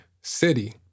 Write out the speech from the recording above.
City